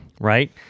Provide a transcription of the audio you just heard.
Right